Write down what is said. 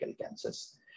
cancers